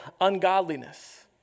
ungodliness